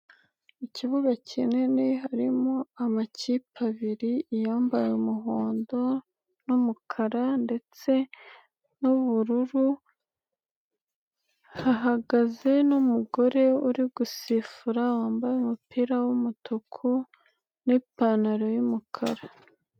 Ikibuga kinini harimo amakipe abiri iyambaye umuhondo n'umukara ndetse n'ubururu, hahagaze n'umugore uri gusifura wambaye umupira w'umutuku n'ipantaro y'umukara.